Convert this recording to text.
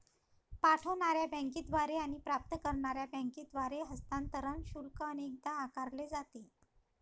पाठवणार्या बँकेद्वारे आणि प्राप्त करणार्या बँकेद्वारे हस्तांतरण शुल्क अनेकदा आकारले जाते